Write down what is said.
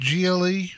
GLE